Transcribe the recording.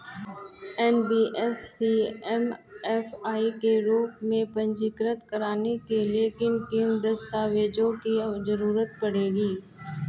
NBFC MFI के रूप में पंजीकृत कराने के लिए किन किन दस्तावेजों की जरूरत पड़ेगी?